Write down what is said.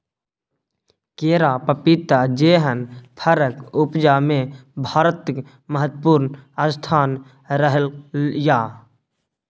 केरा, पपीता जेहन फरक उपजा मे भारतक महत्वपूर्ण स्थान रहलै यै